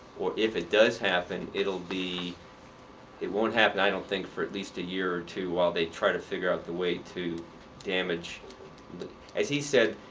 or if it does happen it will be it won't happen, i don't think, for at least a year or two while they try to figure out the way to damage as he said,